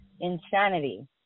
insanity